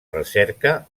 recerca